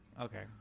Okay